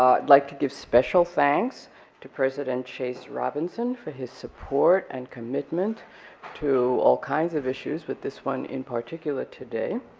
ah i'd like to give special thanks to president chase robinson for his support and commitment to all kinds of issues, with this one in particular today.